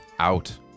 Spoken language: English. Out